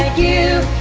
you